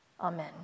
Amen